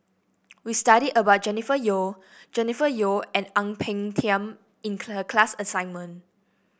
we studied about Jennifer Yeo Jennifer Yeo and Ang Peng Tiam in the class assignment